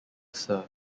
serf